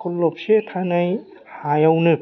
खरलबसे थानाय हायावनो